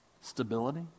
stability